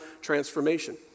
transformation